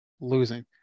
losing